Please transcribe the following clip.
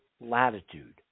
latitude